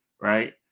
Right